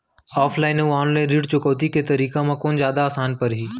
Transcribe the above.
Offline अऊ online ऋण चुकौती के तरीका म कोन जादा आसान परही?